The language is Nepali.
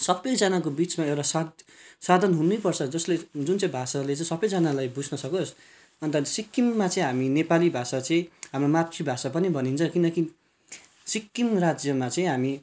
सबैजनाको बिचमा एउटा साध साधन हुनैपर्छ जसले जुन चाहिँ भाषाले सबैजनालाई बुझ्न सकोस् अन्त सिक्किममा चाहिँ हामी नेपाली भाषा चाहिँ हाम्रो मातृभाषा पनि भनिन्छ किनकि सिक्किम राज्यमा चाहिँ हामी